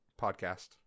podcast